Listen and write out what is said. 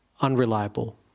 unreliable